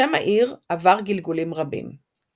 שם העיר עבר גלגולים רבים.